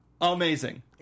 amazing